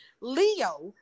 leo